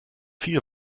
viel